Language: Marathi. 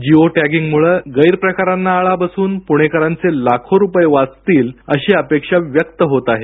जिओ टॅगिंगमुळे गैरप्रकारांना आळा बसून पुणेकरांचे लाखो रुपये वाचतील अशी अपेक्षा व्यक्त होत आहे